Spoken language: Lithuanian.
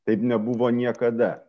taip nebuvo niekada